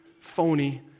phony